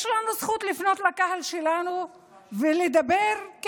יש לנו זכות לפנות לקהל שלנו ולדבר איתו.